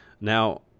Now